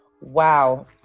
Wow